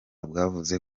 bwavuze